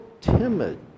timid